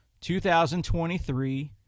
2023